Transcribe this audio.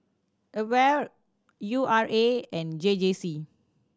AWARE U R A and J J C